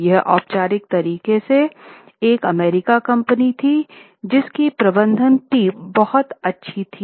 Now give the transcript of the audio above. यह औपचारिक तरीके से र एक अमेरिकी कंपनी थी जिसकी प्रबंधन टीम बहुत अच्छी थी